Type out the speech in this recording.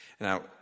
Now